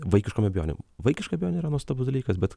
vaikiškom abejonėm vaikiška abejonė yra nuostabus dalykas bet